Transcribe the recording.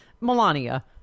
Melania